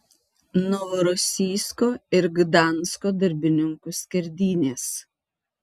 novorosijsko ir gdansko darbininkų skerdynės